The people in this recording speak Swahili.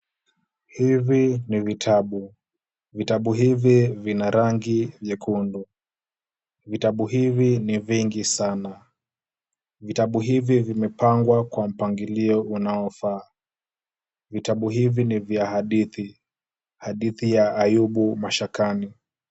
Hivi ni vitabu, vitabu hivi vina rangi nyekundu. Vitabu hivi ni vingi sana. Vitabu hivi vimepangwa kwa mpangilio unaofaa. Vitabu hivi ni vya hadithi. Hadithi ya Ayubu mashakani.